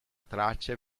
tracce